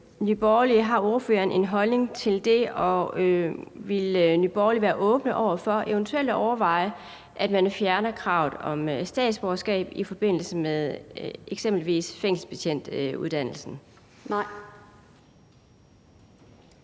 Nye Borgerlige en holdning til det, og vil Nye Borgerlige være åbne over for eventuelt at overveje, at man fjerner kravet om statsborgerskab i forbindelse med eksempelvis fængselsbetjentuddannelsen? Kl.